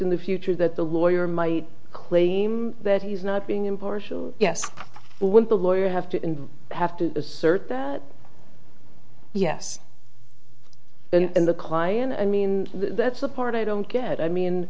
in the future that the lawyer might claim that he's not being impartial yes when the lawyers have to in have to assert that yes in the client i mean that's the part i don't get i mean